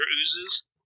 oozes